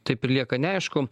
taip ir lieka neaišku